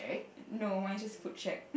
no why it's just food shack